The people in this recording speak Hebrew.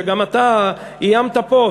שגם אתה איימת פה,